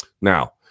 Now